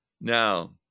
Now